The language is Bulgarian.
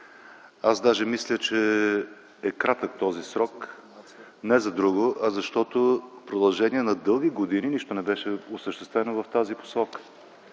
Аз даже мисля, че този срок е кратък не за друго, а защото в продължение на дълги години нищо не беше осъществено в тази посока.